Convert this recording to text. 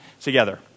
together